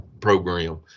program